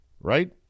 Right